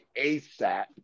asap